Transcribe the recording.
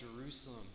Jerusalem